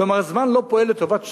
כלומר, הזמן לא פועל לטובת שנינו.